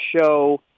show